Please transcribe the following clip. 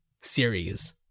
series